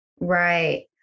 Right